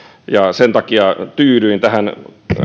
sen takia tyydyin tähän